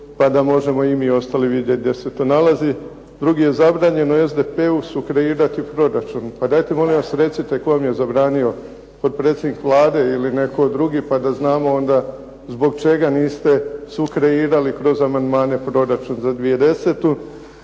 pa da i mi ostali vidimo gdje se to nalazi. Drugi, zabranjeno je SDP-u sukreirati proračun. Pa dajte molim vas recite tko vam je zabranio. Potpredsjednik Vlade ili netko drugi pa da znamo onda zbog čega niste sukreirali kroz amandmane proračun za 2010.